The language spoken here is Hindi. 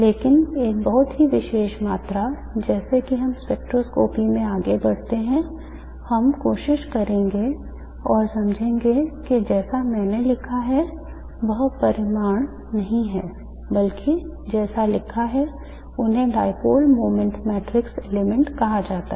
लेकिन एक बहुत ही विशेष मात्रा है जैसा कि हम स्पेक्ट्रोस्कोपी में आगे बढ़ते हैं हम कोशिश करेंगे और समझेंगे कि जैसा मैंने लिखा है वह परिमाण नहीं है बल्कि जैसा लिखा है इन्हें dipole moment matrix elements कहा जाता है